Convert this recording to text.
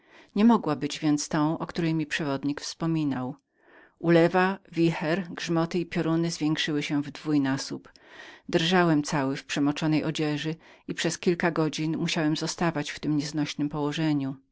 nie mogła być tą o jakiej mi przewodnik wspominał ulewa wicher grzmoty i pioruny zwiększyły się w dwójnasób drżałem cały w przemoczonych moich sukniach i przez kilka godzin musiałem zostawać w tem nieznośnem położeniu